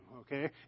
okay